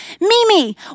mimi